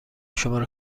شماره